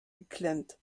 geklemmt